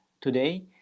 today